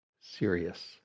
serious